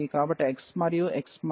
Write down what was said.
కాబట్టి x మరియు